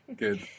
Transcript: Good